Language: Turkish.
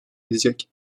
edecek